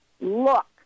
look